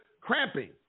cramping